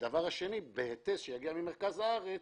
הדבר השני הוא בהיטס שיגיע ממרכז הארץ,